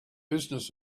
business